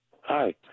Hi